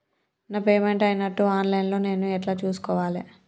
నా పేమెంట్ అయినట్టు online లా నేను ఎట్ల చూస్కోవాలే?